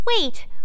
Wait